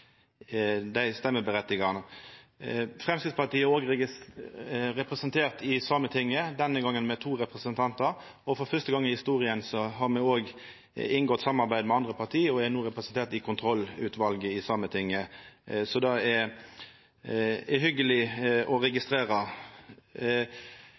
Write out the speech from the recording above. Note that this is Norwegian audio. Framstegspartiet er òg representert i Sametinget – denne gongen med to representantar. For første gong i historia har me òg inngått samarbeid med andre parti og er no representert i kontrollutvalet i Sametinget. Så det er hyggeleg å